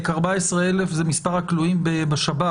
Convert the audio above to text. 14,000 זה מספר הכלואים בשב"ס.